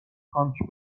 تانک